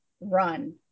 run